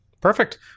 Perfect